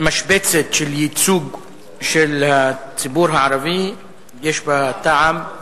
משבצת של ייצוג של הציבור הערבי יש בה טעם.